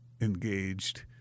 engaged